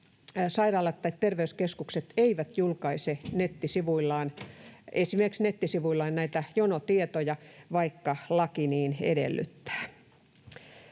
sairaalat tai terveyskeskukset eivät julkaise esimerkiksi nettisivuillaan näitä jonotietoja, vaikka laki niin edellyttää.